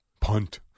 Punt